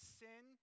sin